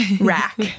rack